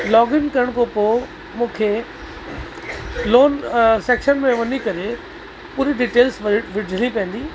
login करण खां पोइ मूंखे लोन सेक्शन में वञी करे पूरी डिटेल्स व विझिणी पवंदी